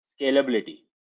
scalability